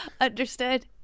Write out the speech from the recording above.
Understood